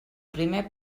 primer